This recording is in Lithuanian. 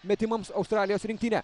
metimams australijos rinktinė